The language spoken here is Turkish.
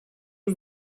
yüz